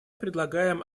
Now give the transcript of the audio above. предлагаем